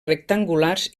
rectangulars